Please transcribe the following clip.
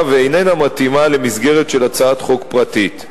ואיננה מתאימה למסגרת של הצעת חוק פרטית.